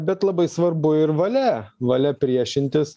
bet labai svarbu ir valia valia priešintis